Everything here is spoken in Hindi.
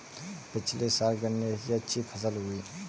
पिछले साल गन्ने की अच्छी फसल उगी